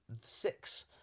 six